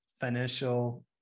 financial